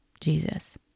Jesus